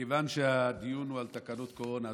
מכיוון שהדיון הוא על תקנות קורונה,